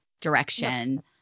direction